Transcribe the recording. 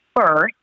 first